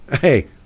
hey